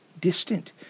distant